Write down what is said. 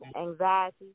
anxiety